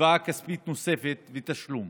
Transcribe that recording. לתביעה כספית נוספת ותשלום.